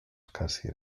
scarsi